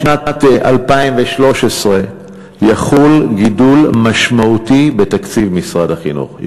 בשנת 2013 יחול גידול משמעותי בתקציב משרד החינוך.